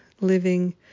living